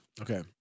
okay